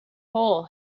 hole